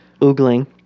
oogling